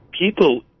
people